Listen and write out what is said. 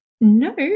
no